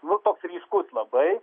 nu toks ryškus labai